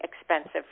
expensive